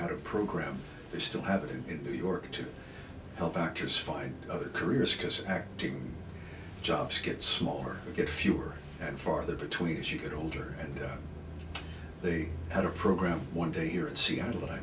how to program they still have it in new york to help actors find other careers because acting jobs get smaller get fewer and farther between as you get older and they had a program one day here in seattle that i